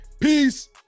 Peace